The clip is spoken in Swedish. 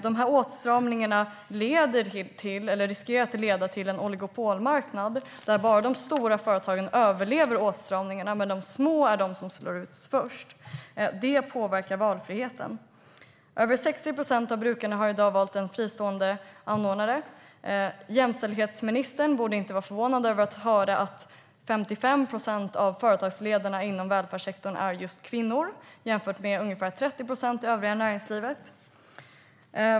Dessa åtstramningar riskerar att leda till en oligopolmarknad där bara de stora företagen överlever åtstramningarna medan de små slås ut. Det påverkar valfriheten. Över 60 procent av brukarna har valt en fristående anordnare. Jämställdhetsministern borde inte vara förvånad över att 55 procent av företagsledarna inom välfärdssektorn är kvinnor, jämfört med ungefär 30 procent i övriga näringslivet.